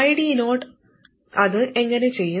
ID0 അത് എങ്ങനെ ചെയ്യും